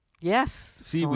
Yes